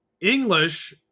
English